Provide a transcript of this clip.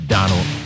Donald